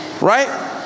Right